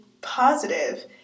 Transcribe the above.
positive